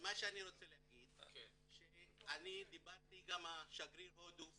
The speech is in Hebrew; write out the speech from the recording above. אני דיברתי גם עם שגריר הודו